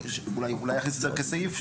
אז אולי להכניס את זה כסעיף,